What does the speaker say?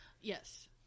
Yes